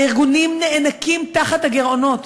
והארגונים נאנקים תחת הגירעונות.